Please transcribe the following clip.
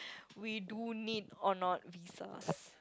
we do need or not visas